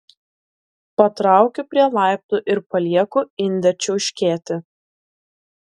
patraukiu prie laiptų ir palieku indę čiauškėti